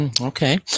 Okay